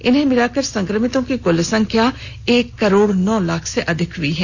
इसको मिलाकर संक्रमितों की कुल संख्याख एक करोड़ नौ लाख से अधिक हो गई है